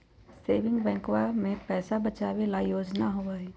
saving बैंकवा में पैसा बचावे ला योजना होबा हई